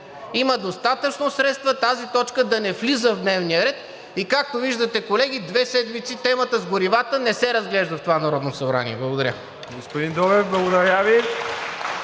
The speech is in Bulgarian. Има достатъчно средства тази точка да не влиза в дневния ред и както виждате, колеги, две седмици темата с горивата не се разглежда в това Народно събрание. Благодаря.